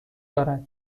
دارد